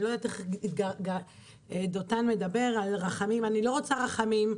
דותן מדבר על רחמים.